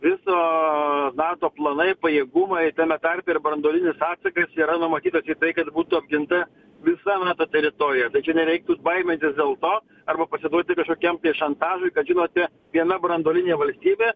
viso nato planai pajėgumai tame tarpe ir branduolinis atsakas yra numatytas į tai kad būtų apginta visa nato teritorija tai čia nereiktų baimintis dėl to arba pasiduoti kažkokiam šantažui kad žinote viena branduolinė valstybė